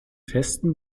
festen